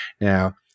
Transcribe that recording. Now